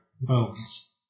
bones